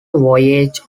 voyage